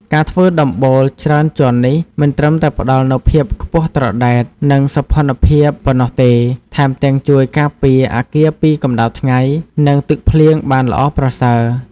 ការធ្វើដំបូលច្រើនជាន់នេះ មិនត្រឹមតែផ្តល់នូវភាពខ្ពស់ត្រដែត និងសោភ័ណភាពប៉ុណ្ណោះទេ ថែមទាំងជួយការពារអគារពីកម្ដៅថ្ងៃ និងទឹកភ្លៀងបានល្អប្រសើរ។